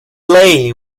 lay